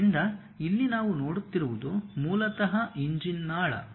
ಆದ್ದರಿಂದ ಇಲ್ಲಿ ನಾವು ನೋಡುತ್ತಿರುವುದು ಮೂಲತಃ ಇಂಜಿನ್ ನಾಳ